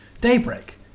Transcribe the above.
Daybreak